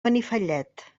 benifallet